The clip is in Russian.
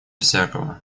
всякого